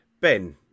Ben